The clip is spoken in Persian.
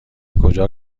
کجا